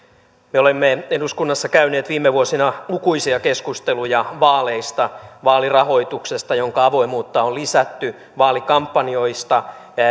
me olemme eduskunnassa käyneet viime vuosina lukuisia keskusteluja vaaleista vaalirahoituksesta jonka avoimuutta on lisätty vaalikampanjoista